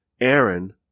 Aaron